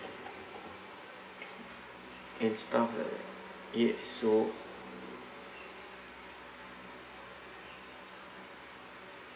and stuff like that yep so